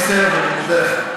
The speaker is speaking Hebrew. אני מסיים, אני מודה לך.